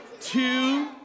two